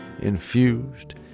infused